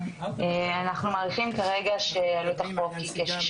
אנחנו מעריכים כרגע שעלות החוק היא כ-6